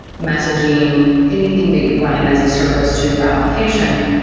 messaging, anything that you're running as a service to your application.